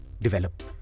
develop